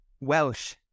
Welsh